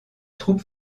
troupe